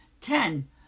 Ten